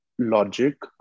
Logic